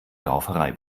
rauferei